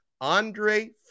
Andre